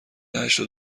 هشتاد